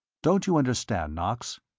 don't you understand, knox?